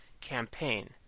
campaign